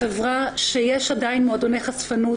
בחברה שיש עדיין מועדוני חשפנות,